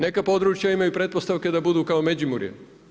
Neka područja imaju pretpostavke da budu kao Međimurje.